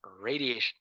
radiation